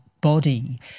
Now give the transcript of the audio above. body